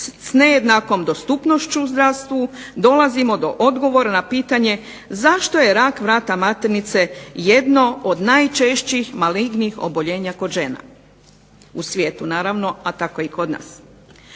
s nejednakom dostupnošću u zdravstvu dolazimo do odgovora na pitanje zašto je rak vrata maternice jedno od najčešćih malignih oboljenja kod žena, u svijetu naravno, a tako i kod nas.